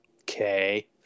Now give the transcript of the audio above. Okay